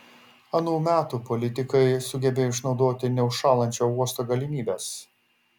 anų metų politikai sugebėjo išnaudoti neužšąlančio uosto galimybes